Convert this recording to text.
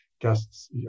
guests